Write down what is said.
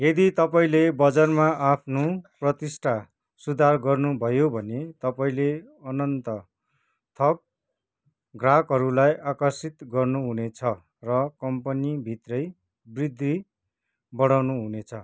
यदि तपाईँले बजारमा आफ्नो प्रतिष्ठा सुधार गर्नुभयो भने तपाईँँले अनन्त थप ग्राहकहरूलाई आकर्षित गर्नुहुनेछ र कम्पनीभित्रै वृद्धि बढाउनुहुनेछ